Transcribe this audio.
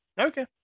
Okay